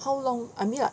how long I mean like